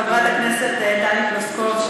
חברת הכנסת טלי פלוסקוב,